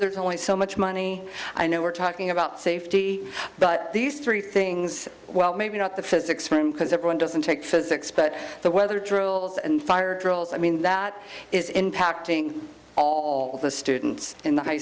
there's only so much money i know we're talking about safety but these three things well maybe not the physics room because everyone doesn't take physics but the weather drills and fire drills i mean that is impacting all of the students in the high